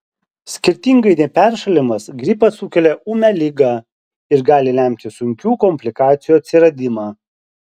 skirtingai nei peršalimas gripas sukelia ūmią ligą ir gali lemti sunkių komplikacijų atsiradimą